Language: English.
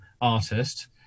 artist